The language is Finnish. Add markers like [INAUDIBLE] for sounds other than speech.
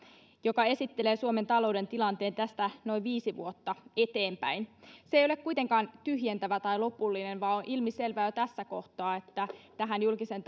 joka esittelee suomen talouden tilanteen tästä noin viisi vuotta eteenpäin se ei ole kuitenkaan tyhjentävä tai lopullinen vaan on ilmiselvää jo tässä kohtaa että tähän julkisen [UNINTELLIGIBLE]